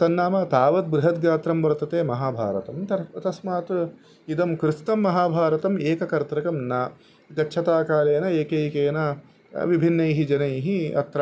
तन्नाम तावत् बृहद्गात्रं वर्तते महाभारतं तर् तस्मात् इदं कृत्स्नं महाभारतम् एककर्तृकं न गच्छता कालेन एकैकेन विभिन्नैः जनैः अत्र